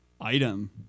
item